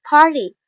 Party